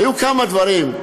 היו כמה דברים,